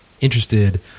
interested